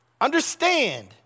understand